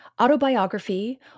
Autobiography